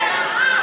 מה הסיפור?